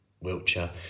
Wiltshire